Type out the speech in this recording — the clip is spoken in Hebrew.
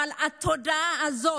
אבל התודעה הזאת,